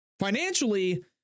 Financially